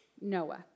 Noah